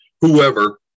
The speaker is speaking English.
whoever